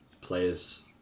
players